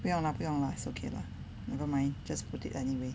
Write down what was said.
不用啦不用啦 its okay lah never mind just put it anyway